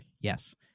Yes